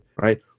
right